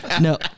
No